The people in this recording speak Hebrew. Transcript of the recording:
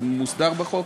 זה מוסדר בחוק?